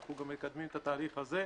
אנחנו גם מקדמים את התהליך הזה,